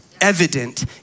evident